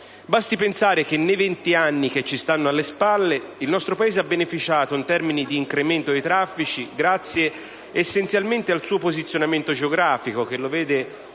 Basti pensare che, nei vent'anni che ci stanno alle spalle, il nostro Paese ha beneficiato in termini di incremento dei traffici grazie essenzialmente al suo posizionamento geografico che lo vede